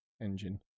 engine